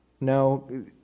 No